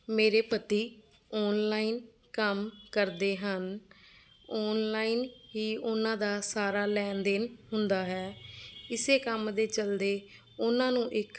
ਮੇਰੇ ਪਤੀ ਔਨਲਾਈਨ ਕੰਮ ਕਰਦੇ ਹਨ ਔਨਲਾਈਨ ਹੀ ਉਨ੍ਹਾਂ ਦਾ ਸਾਰਾ ਲੈਣ ਦੇਣ ਹੁੰਦਾ ਹੈ ਇਸੇ ਕੰਮ ਦੇ ਚਲਦੇ ਉਨ੍ਹਾਂ ਨੂੰ ਇੱਕ